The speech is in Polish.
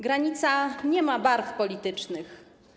Granica nie ma barw politycznych.